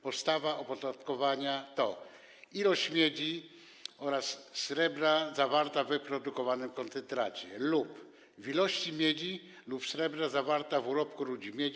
Podstawa opodatkowania to ilość miedzi oraz srebra zawarta w wyprodukowanym koncentracie lub ilość miedzi lub srebra zawarta w urobku rudy miedzi.